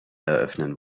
eröffnen